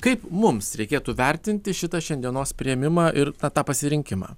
kaip mums reikėtų vertinti šitą šiandienos priėmimą ir tą pasirinkimą